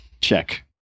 check